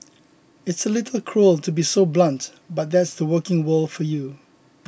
it's a little cruel to be so blunt but that's the working world for you